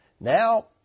Now